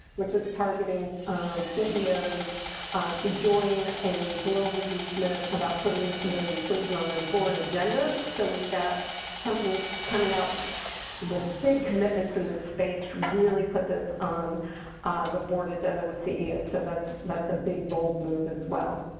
which is targeting ceos to join a global movement about putting disability inclusion on their board agendas. so we've got companies coming out with big commitments in this space to really put this on the board agenda with ceos. so that's a big bold move as well.